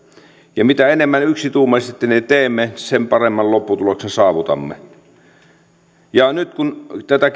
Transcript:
ja mitä enemmän yksituumaisesti ne teemme sen paremman lopputuloksen saavutamme nyt kun tätä